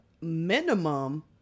minimum